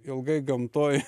ilgai gamtoj